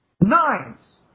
nines